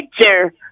picture